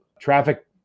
traffic